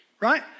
right